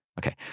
Okay